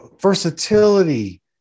versatility